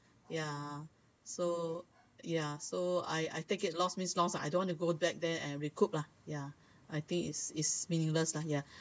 ya so ya so I I take it lose means lose ah I don't want to go back there and recoup lah ya I think it's it's meaningless ya